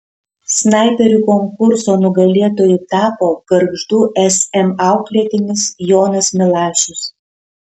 snaiperių konkurso nugalėtoju tapo gargždų sm auklėtinis jonas milašius